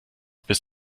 bis